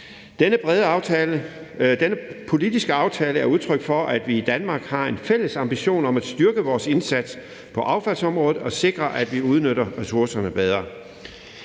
Denne politiske aftale er et udtryk for, at vi i Danmark har en fælles ambition om at styrke vores indsats på affaldsområdet og sikre, at vi udnytter ressourcerne bedre.